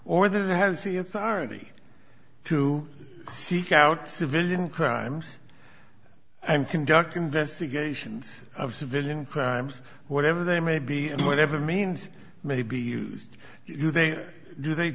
or that has the authority to seek out civilian crimes and conduct investigations of civilian crimes whatever they may be and whatever means may be used do they do they